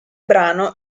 brano